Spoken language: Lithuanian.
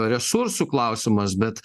resursų klausimas bet